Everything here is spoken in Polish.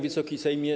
Wysoki Sejmie!